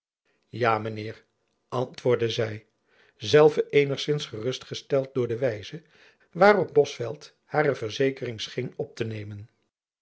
mijn heer antwoordde zy zelve eenigzins gerust gesteld door de wijze waarop bosveldt hare verzekering scheen op te nemen